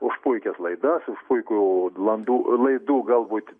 už puikias laidas už puikų landų laidų galbūt